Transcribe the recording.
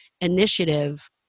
initiative